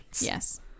Yes